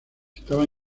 estaba